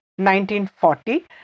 1940